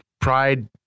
Pride